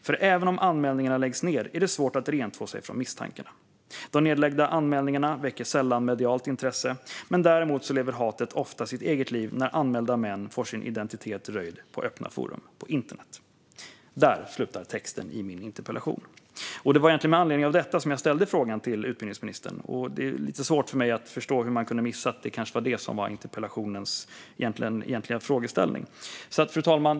För även om anmälningarna läggs ned är det svårt att rentvå sig från misstankarna. De nedlagda anmälningarna väcker sällan medialt intresse. Däremot lever hatet ofta sitt eget liv när anmälda män får sin identitet röjd på öppna forum på internet. Där slutar texten i min interpellation. Det var med anledning av detta som jag ställde frågan till utbildningsministern, och det är lite svårt för mig att förstå hur man kunde missa att det var det som var interpellationens egentliga frågeställning. Fru talman!